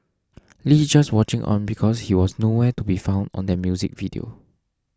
Lee just watching on because he was no where to be found on that music video